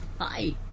Hi